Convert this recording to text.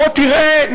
בוא תראה,